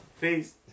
Peace